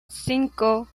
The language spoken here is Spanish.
cinco